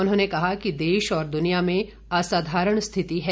उन्होंने कहा कि देश और दुनिया में असाधारण स्थिति है